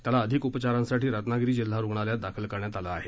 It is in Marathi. त्याला अधिक उपचारांसाठी रत्नागिरी जिल्हा रुग्णालयात दाखल करण्यात आलं आहे